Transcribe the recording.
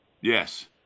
Yes